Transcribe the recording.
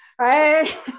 right